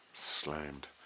slammed